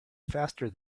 faster